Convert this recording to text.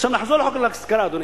עכשיו נחזור להשכרה, אדוני.